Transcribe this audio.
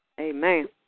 Amen